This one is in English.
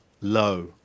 low